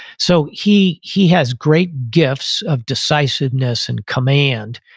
so, he he has great gifts of decisiveness and command,